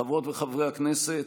חברות וחברי הכנסת,